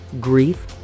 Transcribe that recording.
grief